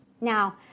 Now